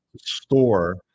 store